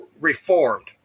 reformed